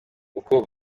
uko